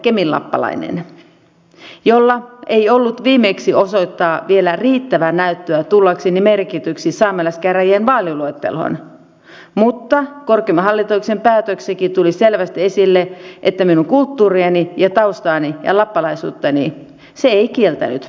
olen keminlappalainen jolla ei ollut viimeksi osoittaa vielä riittävää näyttöä tullakseni merkityksi saamelaiskäräjien vaaliluetteloon mutta korkeimman hallinto oikeuden päätöksessäkin tuli selvästi esille että minun kulttuuriani taustaani ja lappalaisuuttani se ei kieltänyt